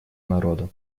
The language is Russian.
народа